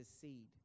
seed